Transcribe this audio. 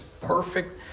perfect